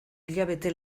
hilabete